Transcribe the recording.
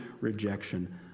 rejection